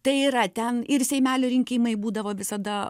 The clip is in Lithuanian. tai yra ten ir seimelio rinkimai būdavo visada